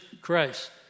Christ